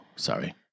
Sorry